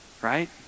right